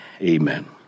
Amen